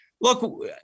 Look